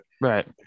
Right